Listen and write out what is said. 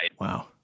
Wow